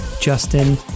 Justin